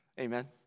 Amen